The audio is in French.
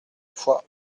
foix